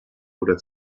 oder